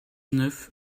neuf